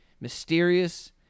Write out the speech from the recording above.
mysterious